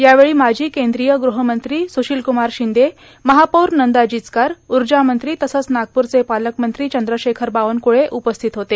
यावेळी माजी कद्रीय गृह मंत्री सुशील क्मार शिंदे महापौर नंदा जिचकार ऊजामंत्री तसंच नागपूरचे पालकमंत्री चंद्रशेखर बावनकुळे उपस्थित होते